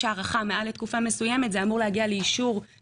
האסטרטגיה היותר נכונה היא כמובן למנוע את הכניסה